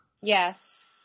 Yes